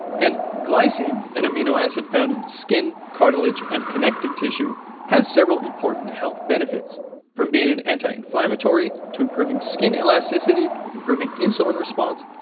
and, glycine, an amino acid found in skin, cartilage and connective tissue has several important health benefits from being an anti-inflammatory to improving skin elasticity, improving insulin response,